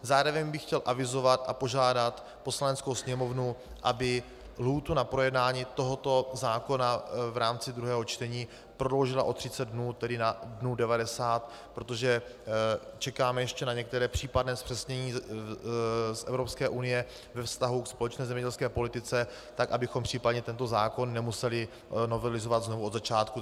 Zároveň bych chtěl avizovat a požádat Poslaneckou sněmovnu, aby lhůtu na projednání tohoto zákona v rámci druhého čtení prodloužila o 30 dnů, tedy na dnů 90, protože čekáme ještě na některá případná zpřesnění z Evropské unie ve vztahu k společné zemědělské politice, tak abychom případně tento zákon nemuseli novelizovat znovu od začátku.